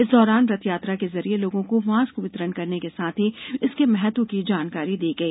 इस दौरान रथयात्रा के जरिए लोगों को मास्क वितरण करने के साथ ही इसके महत्व की जानकारी दी गई